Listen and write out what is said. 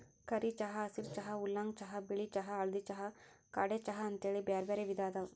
ಕರಿ ಚಹಾ, ಹಸಿರ ಚಹಾ, ಊಲಾಂಗ್ ಚಹಾ, ಬಿಳಿ ಚಹಾ, ಹಳದಿ ಚಹಾ, ಕಾಡೆ ಚಹಾ ಅಂತೇಳಿ ಬ್ಯಾರ್ಬ್ಯಾರೇ ವಿಧ ಅದಾವ